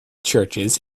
churches